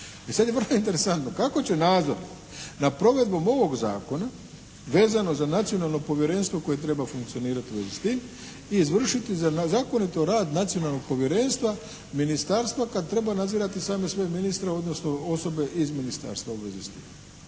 I sad je vrlo interesantno kako će nadzor nad provedbom ovog zakona vezano za Nacionalno povjerenstvo koje treba funkcionirati u vezi s tim i izvršiti na zakonito rad Nacionalnog povjerenstva Ministarstva kad treba nadzirati same svoje ministre odnosno osobe iz Ministarstva u vezi s tim.